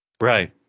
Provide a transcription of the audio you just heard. Right